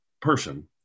person